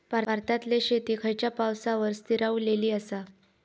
भारतातले शेती खयच्या पावसावर स्थिरावलेली आसा?